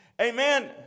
Amen